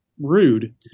rude